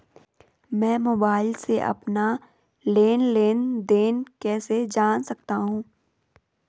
मैं मोबाइल से अपना लेन लेन देन कैसे जान सकता हूँ?